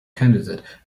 candidate